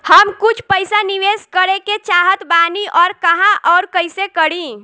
हम कुछ पइसा निवेश करे के चाहत बानी और कहाँअउर कइसे करी?